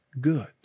good